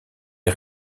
est